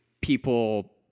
People